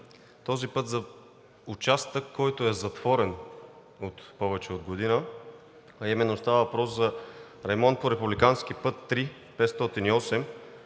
този път за участък, който е затворен от повече от година, а именно става въпрос за ремонт по републикански път III-508